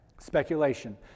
Speculation